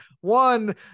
one